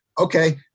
okay